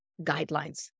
guidelines